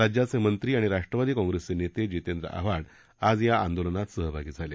राज्याचे मंत्री आणि राष्ट्रवादी काँग्रेसचे नेते जितेंद्र आव्हाड आज या आंदोलनात सहभागी झाले